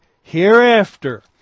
Hereafter